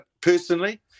Personally